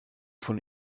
von